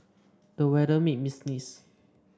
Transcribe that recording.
the weather made me sneeze